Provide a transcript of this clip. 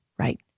Right